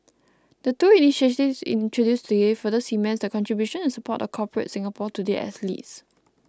the two initiatives introduced if further cements the contribution and support of Corporate Singapore to the athletes